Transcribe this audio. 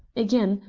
again,